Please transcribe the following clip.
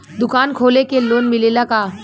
दुकान खोले के लोन मिलेला का?